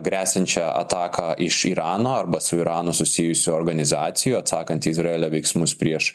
gresiančią ataką iš irano arba su iranu susijusių organizacijų atsakant į izraelio veiksmus prieš